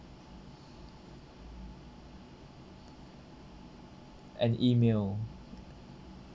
an email